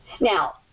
Now